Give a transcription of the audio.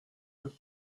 would